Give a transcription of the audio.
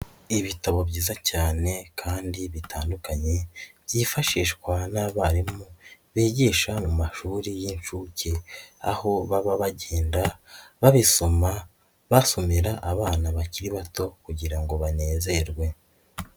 Ibitabo byiza cyane kandi bitandukanye byifashishwa n'abarimu bigisha mu mashuri y'inshuke, aho baba bagenda babisoma basomera abana bakiri bato kugira ngo banezerwe.